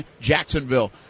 Jacksonville